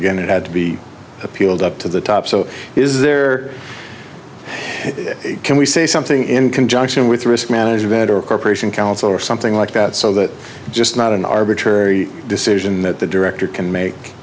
again it had to be appealed up to the top so is there can we say something in conjunction with risk manager better corporation counsel or something like that so that just not an arbitrary decision that the director can make